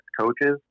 coaches